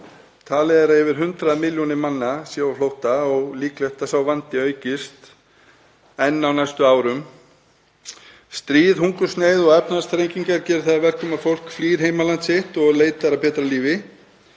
Talið er að yfir 100 milljónir manna séu á flótta og líklegt að sá vandi aukist enn á næstu árum. Stríð, hungursneyð og efnahagsþrengingar gera það að verkum að fólk flýr heimaland sitt og leitar að betra lífi.